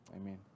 Amen